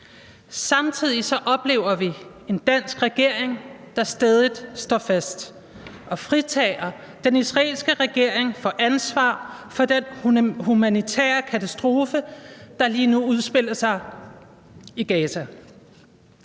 Samtidig oplever vi en dansk regering, der stædigt står fast og fritager den israelske regering for ansvar for den humanitære katastrofe, der lige nu udspiller sig i Gaza.